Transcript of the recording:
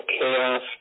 chaos